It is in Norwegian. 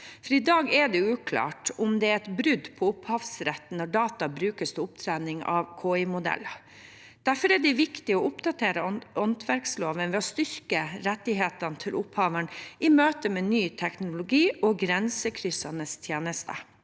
for i dag er det uklart om det er et brudd på opphavsretten når data brukes til opptrening av KI-modeller. Derfor er det viktig å oppdatere åndsverkloven ved å styrke rettighetene til opphaverne i møte med ny teknologi og grensekryssende tjenester.